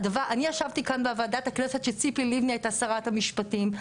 אני ישבתי כאן בוועדת הכנסת שציפי ליבני הייתה שרת המשפטים,